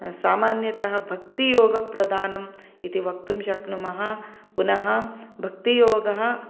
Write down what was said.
सामान्यतः भक्तियोगप्रधानम् इति वक्तुं शक्नुमः पुनः भक्तियोगः